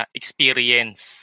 experience